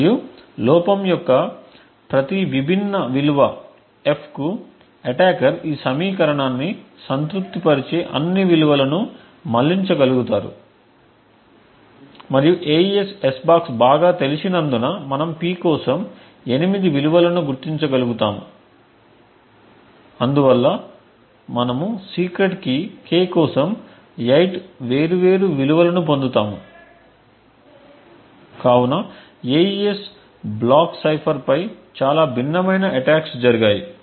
మరియు లోపం యొక్క ప్రతి విభిన్న విలువ f కు అటాకర్ ఈ సమీకరణాన్ని సంతృప్తిపరిచే అన్ని విలువలను మళ్ళించగలుగుతారు మరియు AES S బాక్స్ బాగా తెలిసినందున మనం P కోసం 8 విలువలను గుర్తించగలుగుతాము మరియు అందువల్ల మేము సీక్రెట్ కీ k కోసం 8 వేర్వేరు విలువలను పొందుతాము కాబట్టి AES బ్లాక్ సైఫర్ పై చాలా భిన్నమైన అటాక్స్ జరిగాయి